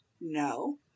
No